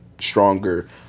stronger